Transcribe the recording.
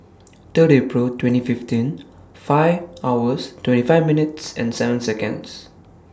Third April twenty fifteen five hours twenty five minutes and seven Seconds